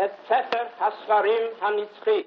את ספר הספרים הנצחי.